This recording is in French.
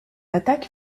attaque